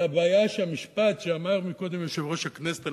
זה הבעיה במשפט שאמר קודם יושב-ראש הכנסת.